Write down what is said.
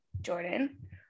Jordan